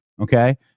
Okay